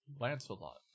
Lancelot